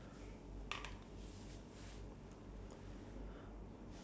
if I don't have to work like I can continue my studies right